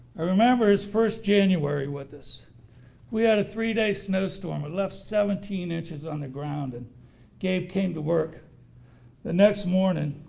i remember his first january with us we had a three days snowstorm it left seventeen inches on the ground and gabe came to work the next morning